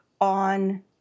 on